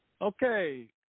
Okay